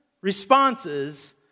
responses